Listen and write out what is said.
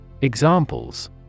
examples